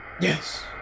Yes